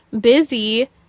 busy